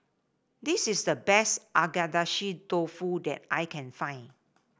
this is the best Agedashi Dofu that I can find